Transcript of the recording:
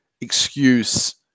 excuse